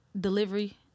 delivery